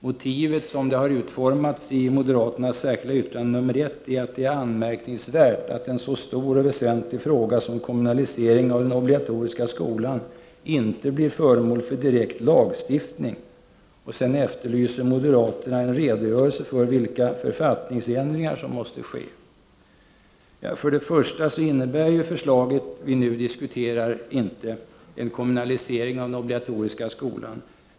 Motivet, som det har utformats i moderaternas särskilda yttrande, nr 1, är att det är ”anmärkningsvärt, att en så stor och väsentlig fråga som kommunalisering av den obligatoriska skolan inte blir föremål för direkt lagstiftning.” Sedan efterlyser moderaterna en redogörelse för vilka författningsändringar som måste ske. För det första innebära det förslag vi nu diskuterar inte en kommunalisering av den obligatoriska skolan.